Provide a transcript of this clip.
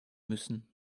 müssen